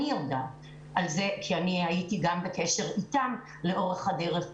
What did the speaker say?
אני יודעת על זה כי אני הייתי גם בקשר איתם לאורך הדרך,